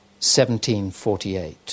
1748